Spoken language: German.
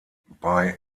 bei